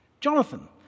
Jonathan